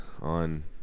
on